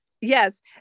yes